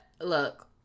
Look